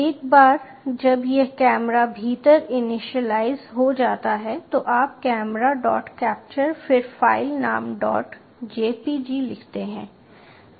एक बार जब यह कैमरे के भीतर इनिशियलाइज़ हो जाता है तो आप कैमरा डॉट कैप्चर फिर फ़ाइल नाम डॉट jpg लिखते हैं